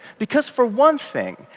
because for one thing,